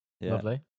Lovely